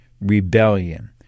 rebellion